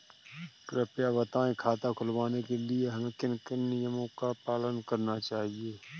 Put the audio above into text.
कृपया बताएँ खाता खुलवाने के लिए हमें किन किन नियमों का पालन करना चाहिए?